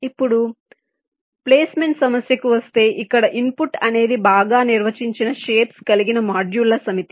ఇప్పుడు ప్లేస్మెంట్ సమస్యకు వస్తే ఇక్కడ ఇన్పుట్ అనేది బాగా నిర్వచించిన షేప్స్ కలిగిన మాడ్యూళ్ల సమితి